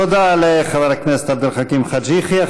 תודה לחבר הכנסת עבד אל חכים חאג' יחיא.